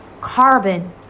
carbon